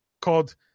called